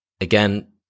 again